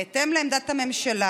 בהתאם, עמדת הממשלה